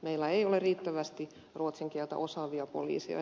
meillä ei ole riittävästi ruotsin kieltä osaavia poliiseja